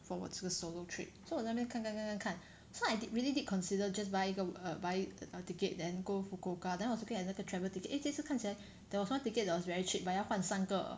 for 我这个 solo trip so 我在那边看看看看 so I did I really did consider just buy 一个 buy air ticket then go Fukuoka then I was looking at 那个 travel ticket eh 这次看起来 there was one ticket that was very cheap but 要换三个